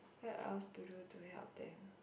what else do you do to help them